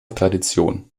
tradition